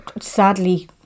sadly